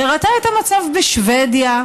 שהראתה את המצב בשבדיה,